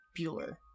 Bueller